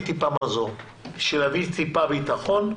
טיפה מזור וכדי להביא טיפה ביטחון.